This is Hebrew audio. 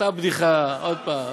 אותה בדיחה עוד פעם